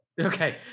Okay